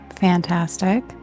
Fantastic